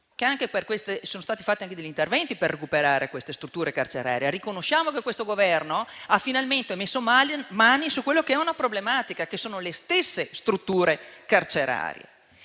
sono stati fatti degli interventi anche per recuperare queste strutture carcerarie. Riconosciamo che questo Governo ha finalmente messo mano a una problematica, cioè le strutture carcerarie,